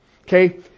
Okay